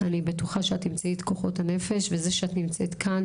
אני בטוחה שאת תמצאי את כוחות הנפש וזה שאת נמצאת כאן,